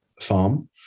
farm